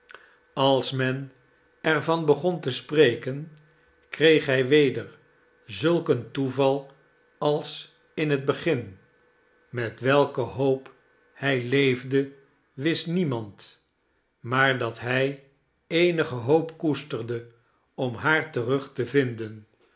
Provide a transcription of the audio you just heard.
als men er van begon te spreken kreeg hij weder zulk een toeval als in het begin met welke hoop hij leefde wist niemand maar dat hij eenige hoop koesterde om haar terug te vinden